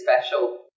special